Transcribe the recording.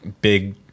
big